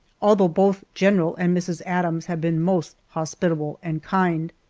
although both general and mrs. adams have been most hospitable and kind.